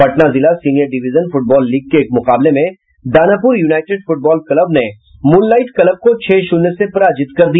पटना जिला senior division football league के एक मुकाबले में दानापुर यूनाईटेड फ्टबॉल क्लब ने मूनलाइट क्लब को छह शून्य से पराजित कर दिया